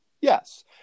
Yes